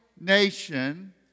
nation